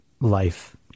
life